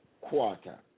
quarter